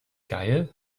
geil